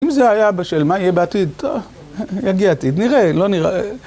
אם זה היה בשל מה יהיה בעתיד, טוב, יגיע עתיד. נראה, לא נראה.